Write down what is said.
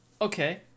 Okay